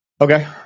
Okay